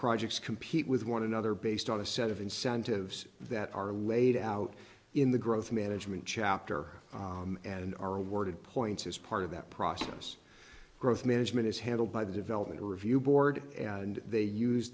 projects compete with one another based on a set of incentives that are laid out in the growth management chapter and are awarded points as part of that process growth management is handled by the development review board and they use